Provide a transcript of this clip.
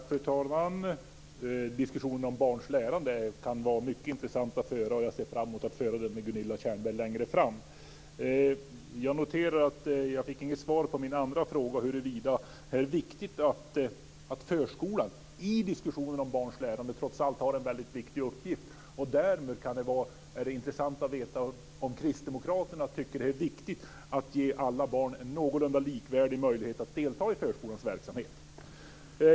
Fru talman! Diskussioner om barns lärande kan vara mycket intressanta att föra, och jag ser fram emot att föra sådana med Gunilla Tjernberg längre fram. Jag noterar att jag inte fick något svar på min andra fråga huruvida förskolans uppgift trots allt är väldigt viktig i diskussionen om barns lärande. Därmed kan det vara intressant att veta om Kristdemokraterna tycker att det är viktigt att ge alla barn en någorlunda likvärdig möjlighet att delta i förskolans verksamhet.